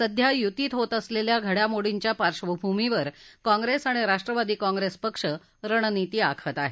सध्या युतीत होत असलेल्या घडामोडींच्या पार्श्वभूमीवर काँप्रेस आणि राष्ट्रवादी काँप्रेस पक्ष रणनीती आखत आहेत